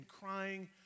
crying